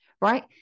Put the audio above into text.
right